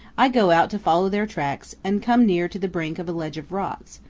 i go out to follow their tracks, and come near to the brink of a ledge of rocks,